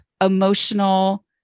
emotional